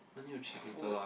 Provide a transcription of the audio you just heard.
food